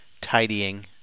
tidying